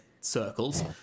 circles